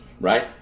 right